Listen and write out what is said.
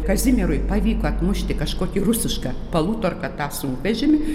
kazimierui pavyko atmušti kažkokį rusišką palutarką tą sunkvežimį